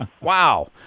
Wow